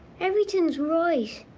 everything's right,